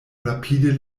rapide